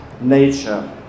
nature